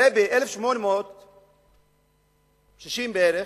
הרי ב-1860 בערך,